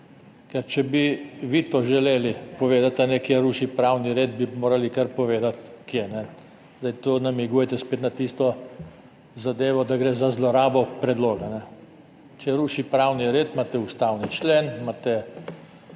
ker če bi vi to želeli povedati, da kje ruši pravni red, bi morali kar povedati, kje. Zdaj spet namigujete na tisto zadevo, da gre za zlorabo predloga. Če ruši pravni red, imate ustavni člen in